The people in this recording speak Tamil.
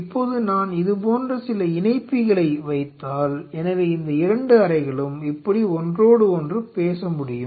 இப்போது நான் இது போன்ற சில இணைப்பிகளை வைத்தால் எனவே இந்த இரண்டு அறைகளும் இப்படி ஒன்றோடு ஒன்று பேச முடியும்